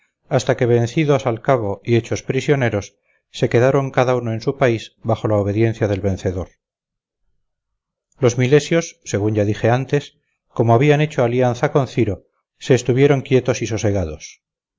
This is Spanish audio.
hasta que vencidos al cabo y hechos prisioneros se quedaron cada uno en su país bajo la obediencia del vencedor los milesios según ya dije antes como habían hecho alianza con ciro se estuvieron quietos y sosegados